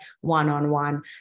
one-on-one